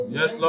Yes